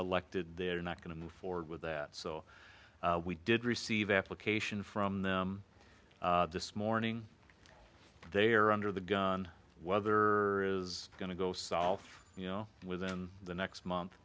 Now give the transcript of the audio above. elected they're not going to move forward with that so we did receive application from them this morning they are under the gun weather is going to go south you know within the next month